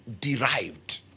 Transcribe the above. derived